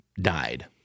died